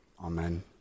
amen